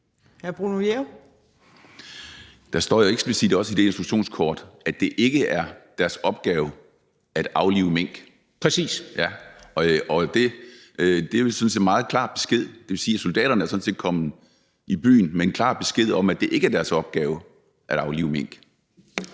Der står jo eksplicit også i det instruktionskort, at det ikke er deres opgave at aflive mink. Og det er jo sådan set en meget klar besked. Det vil sige, at soldaterne sådan set er kommet i byen med en klar besked om, at det ikke er deres opgave at aflive mink.